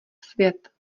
svět